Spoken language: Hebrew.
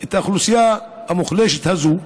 את האוכלוסייה המוחלשת הזאת.